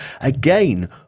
Again